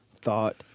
thought